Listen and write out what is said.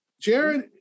Jared